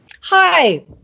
Hi